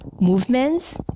movements